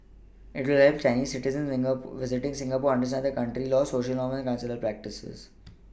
it will help Chinese citizens Singapore visiting Singapore understand the country's laws Social norms and cultural practices